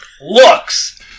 Looks